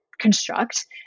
Construct